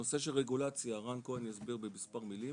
נושא של רגולציה, רן כהן יסביר במספר מילים.